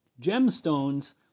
gemstones